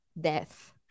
death